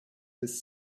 his